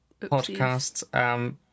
podcasts